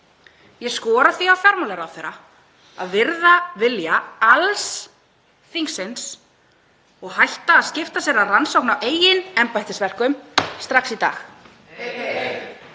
Ég skora því á fjármálaráðherra að virða vilja alls þingsins og hætta að skipta sér af rannsókn á eigin embættisverkum strax í dag.